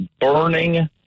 burning